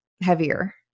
heavier